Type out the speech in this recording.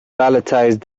palletized